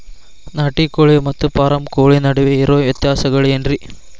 ನಾಟಿ ಕೋಳಿ ಮತ್ತ ಫಾರಂ ಕೋಳಿ ನಡುವೆ ಇರೋ ವ್ಯತ್ಯಾಸಗಳೇನರೇ?